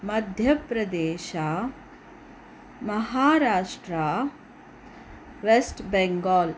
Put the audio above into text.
Madhya Pradesh Maharashtra west Bangala